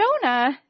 Jonah